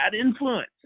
influence